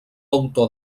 autor